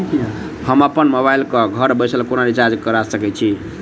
हम अप्पन मोबाइल कऽ घर बैसल कोना रिचार्ज कऽ सकय छी?